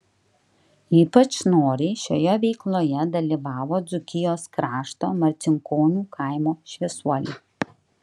ypač noriai šioje veikloje dalyvavo dzūkijos krašto marcinkonių kaimo šviesuoliai